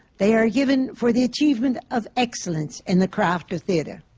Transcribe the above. they are given for the achievement of excellence in the craft of theatre,